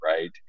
right